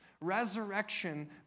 Resurrection